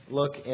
look